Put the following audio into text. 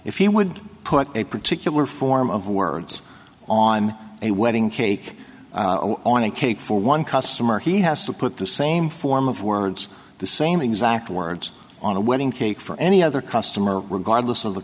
he would put a particular form of words on a wedding cake on a cake for one customer he has to put the same form of words the same exact words on a wedding cake for any other customer regardless of the